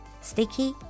sticky